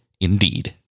Indeed